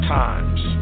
times